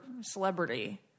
celebrity